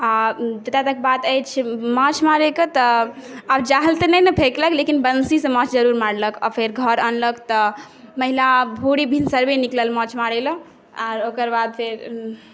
आ जतऽ तक बात अछि माछ मारै के तऽ आब जाल तऽ नहि ने फेकलक लेकिन बंसीसँ जरूर माछ मारलक आ फेर घर अनलक तऽ महिला भोरे भिन्सरवे निकलल माछ मारै लऽ आ ओकर बाद फेर